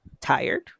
tired